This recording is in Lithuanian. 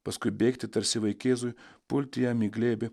paskui bėgti tarsi vaikėzui pulti jam į glėbį